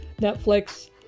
Netflix